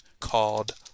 called